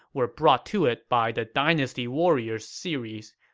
were brought to it by the dynasty warriors series.